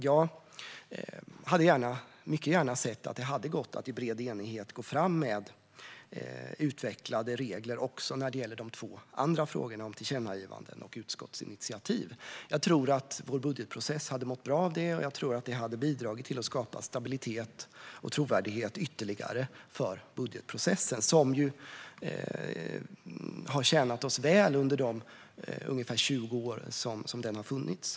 Jag hade mycket gärna sett att det hade gått att i bred enighet gå fram med utvecklade regler också när det gäller de två andra frågorna om tillkännagivanden och utskottsinitiativ. Jag tror att vår budgetprocess hade mått bra av det, och jag tror att det hade bidragit till att skapa ytterligare stabilitet och trovärdighet för budgetprocessen. Den har tjänat oss väl under de ungefär 20 år som den har funnits.